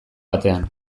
batean